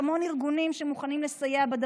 דבר